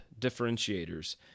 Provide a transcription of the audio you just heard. differentiators